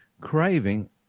craving